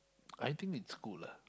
I think it's cool lah